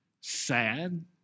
sad